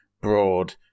broad